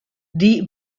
die